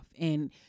and-